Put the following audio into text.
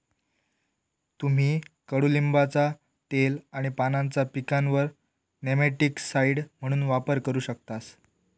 तुम्ही कडुलिंबाचा तेल आणि पानांचा पिकांवर नेमॅटिकसाइड म्हणून वापर करू शकतास